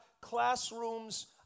classrooms